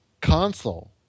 console